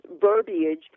verbiage